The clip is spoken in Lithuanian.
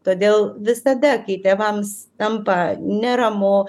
todėl visada kai tėvams tampa neramu